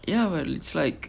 ya but it's like